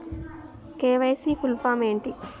KYC full form ఏంటి?